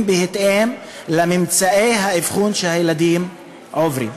בהתאם לממצאי האבחון שהילדים עוברים.